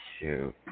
Shoot